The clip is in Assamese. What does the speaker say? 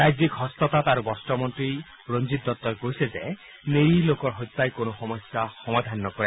ৰাজ্যিক হস্ততাঁত আৰু বস্ত্ৰ মন্ত্ৰী ৰঞ্জিত দত্তই কৈছে যে নিৰীহ লোকৰ হত্যাই কোনো সমস্যা সমাধান নকৰে